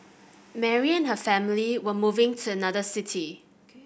Mary and her family were moving to another city